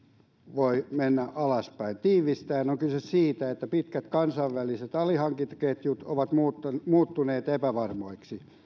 voi mennä alaspäin tiivistäen on kyse siitä että pitkät kansainväliset alihankintaketjut ovat muuttuneet muuttuneet epävarmoiksi